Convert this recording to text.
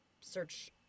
search